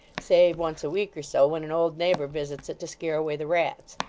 save once a-week or so, when an old neighbour visits it to scare away the rats.